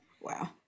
Wow